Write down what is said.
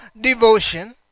devotion